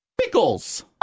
pickles